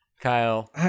Kyle